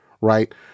Right